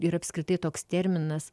ir apskritai toks terminas